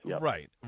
Right